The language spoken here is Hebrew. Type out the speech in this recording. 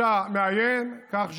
אתה מאיים, קח ז'יטון.